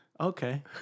Okay